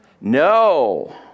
No